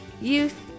youth